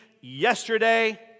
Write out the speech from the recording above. yesterday